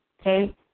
okay